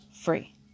free